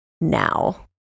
now